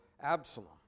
Absalom